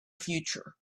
future